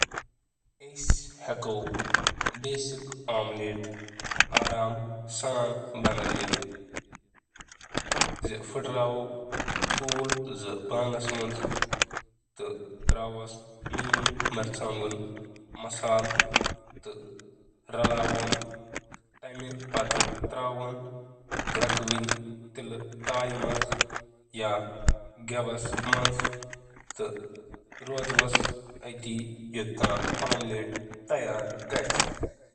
اکھ بُنیٲدی omelette recipe چھِ حیران کرن وٲلۍ سہل- تۄہہِ چھِ پین، ٹھوٗل، تہٕ تھوڑا نوٗن تہٕ مرٕژ کوٹ کرنہٕ خٲطرٕ تیٖلٕچ ضروٗرت۔